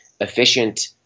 efficient